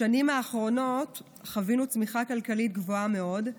בשנים האחרונות חווינו צמיחה כלכלית גבוהה מאוד,